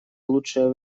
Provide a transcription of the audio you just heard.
лучшее